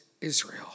Israel